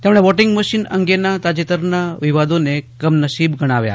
તેમને voting machine અંગેના તાજેતરના વિવાદોને કમનસીબ ગણાવ્યા